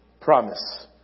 promise